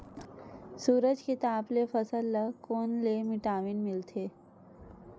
सूरज के ताप ले फसल ल कोन ले विटामिन मिल थे?